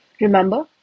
Remember